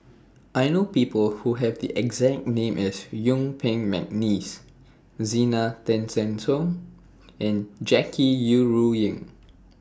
I know People Who Have The exact name as Yuen Peng Mcneice Zena Tessensohn and Jackie Yi Ru Ying